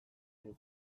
nahi